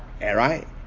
Right